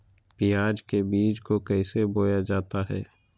प्याज के बीज को कैसे बोया जाता है?